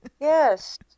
Yes